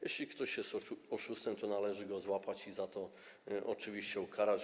Jeśli ktoś jest oszustem, to należy go złapać i za to oczywiście ukarać.